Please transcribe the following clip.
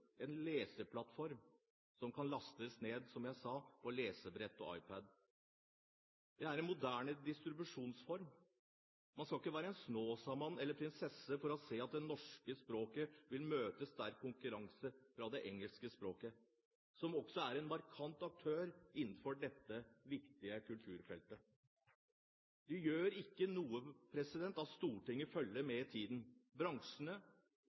en leseplattform der man kan laste ned, som jeg sa – et lesebrett og en iPad. Det er en moderne distribusjonsform. Man skal ikke være en snåsamann eller prinsesse for å se at det norske språket vil møte sterk konkurranse fra det engelske språket, som også er en markant aktør innenfor dette viktige kulturfeltet. Det gjør ikke noe at Stortinget følger med i tiden. Bransjene